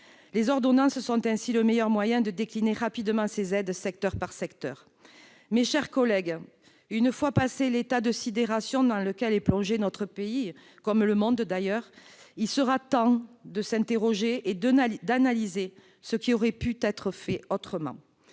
Les ordonnances sont le meilleur moyen de décliner rapidement ces aides secteur par secteur. Mes chers collègues, une fois passé l'état de sidération dans lequel notre pays, à l'instar du monde entier, est plongé, il sera temps de s'interroger et d'analyser ce qui aurait pu être fait autrement.